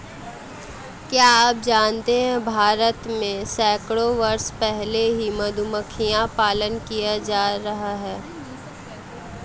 क्या आप जानते है भारत में सैकड़ों वर्ष पहले से मधुमक्खी पालन किया जाता रहा है?